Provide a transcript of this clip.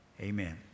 Amen